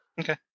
Okay